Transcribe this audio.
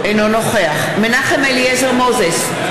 אינו נוכח מנחם אליעזר מוזס,